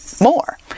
more